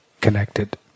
connected